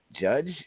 Judge